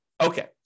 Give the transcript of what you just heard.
Okay